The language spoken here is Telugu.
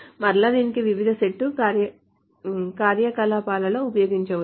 మరలా దీనిని వివిధ సెట్ కార్యకలాపాలలో ఉపయోగించవచ్చు